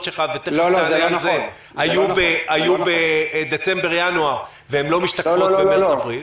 שלך היו בדצמבר-ינואר והן לא משתקפות במרץ-אפריל.